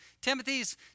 Timothy's